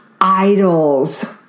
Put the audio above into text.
idols